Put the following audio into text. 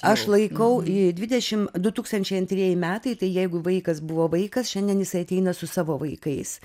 aš laikau dvidešimt du tūkstančiai antrieji metai tai jeigu vaikas buvo vaikas šiandien jisai ateina su savo vaikais